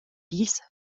dies